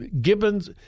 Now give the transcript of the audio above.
Gibbons